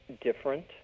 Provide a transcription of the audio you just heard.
different